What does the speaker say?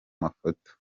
mafoto